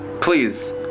Please